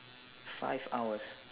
five hours